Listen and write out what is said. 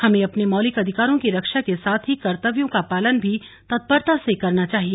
हमें अपने मौलिक अधिकारों की रक्षा के साथ ही कर्तव्यों का पालन भी तत्परता से करना चाहिए